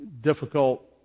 difficult